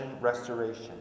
restoration